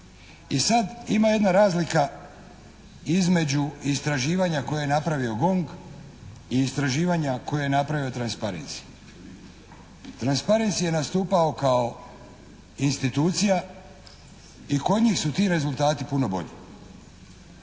I sada, ima jedna razlika između istraživanja koje je napravio GONG i istraživanja koje je napravio Transparency. Transparency je nastupao kao institucija i kod njih su ti rezultati puno bolji.